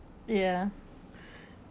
ya